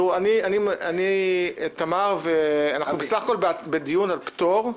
אנחנו בסך הכול בדיון על פטור,